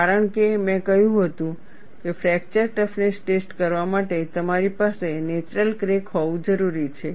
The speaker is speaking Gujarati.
કારણ કે મેં કહ્યું હતું કે ફ્રેક્ચર ટફનેસ ટેસ્ટ કરવા માટે તમારી પાસે નેચરલ ક્રેક હોવું જરૂરી છે